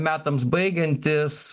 metams baigiantis